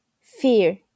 fear